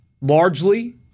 largely